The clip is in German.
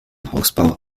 hausbau